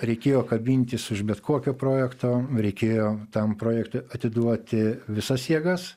reikėjo kabintis už bet kokio projekto reikėjo tam projektui atiduoti visas jėgas